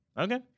Okay